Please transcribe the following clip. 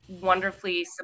wonderfully